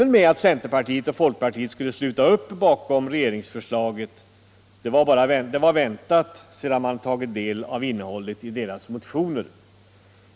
Vi förmodade att centerpartiet och folkpartiet skulle sluta upp bakom regeringsförslaget. Det var väntat, sedan vi tagit del av innehållet i deras motioner.